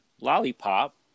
Lollipop